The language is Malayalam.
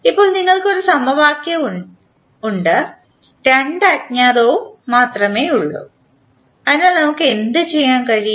ഇപ്പോൾ നിങ്ങൾക്ക് ഒരു സമവാക്യവും രണ്ട് അജ്ഞാതവും മാത്രമേ ഉള്ളൂ അതിനാൽ നമുക്ക് എന്തുചെയ്യാൻ കഴിയും